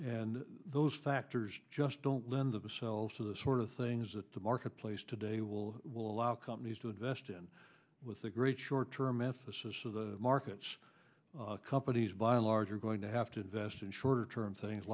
and those factors just don't lend themselves to the sort of things that the marketplace today will will allow companies to invest in with the great short term ethicists of the markets companies by and large are going to have to invest in shorter term things